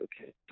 okay